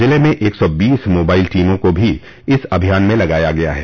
ज़िले में एक सौ बीस मोबाइल टीमों को भी इस अभियान में लगाया गया है